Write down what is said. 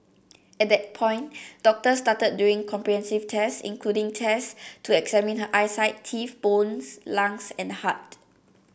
at that point doctors started doing comprehensive tests including tests to examine her eyesight teeth bones lungs and heart